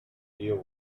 deal